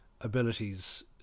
abilities